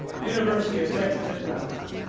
university of texas at dallas.